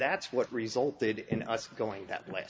that's what resulted in us going that way